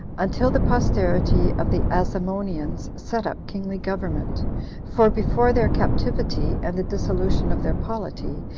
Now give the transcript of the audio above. until the posterity of the asamoneans set up kingly government for before their captivity, and the dissolution of their polity,